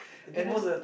and then